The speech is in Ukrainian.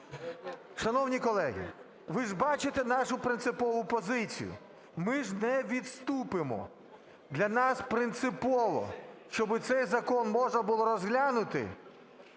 Шановні колеги, ви ж бачите нашу принципову позицію. Ми ж не відступимо. Для нас принципово, щоб цей закон можна було розглянути.